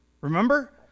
Remember